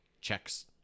checks